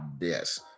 Yes